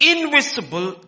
Invisible